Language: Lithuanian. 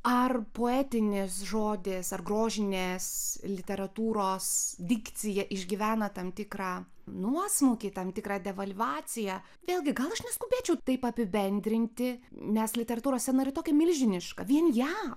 ar poetinis žodis ar grožinės literatūros dikcija išgyvena tam tikrą nuosmukį tam tikrą devalvaciją vėlgi gal aš neskubėčiau taip apibendrinti nes literatūros scena tokia milžiniška vien jav